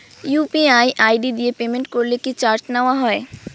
UPI ID দিয়ে payment করলে কি চার্জ নেয়া হয়?